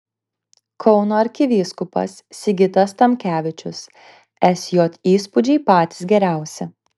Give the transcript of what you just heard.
kauno arkivyskupas sigitas tamkevičius sj įspūdžiai patys geriausi